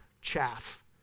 chaff